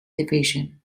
division